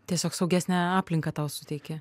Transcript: tiesiog saugesnę aplinką tau suteikė